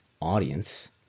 audience